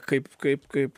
kaip kaip kaip